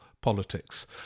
politics